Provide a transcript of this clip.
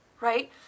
right